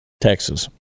Texas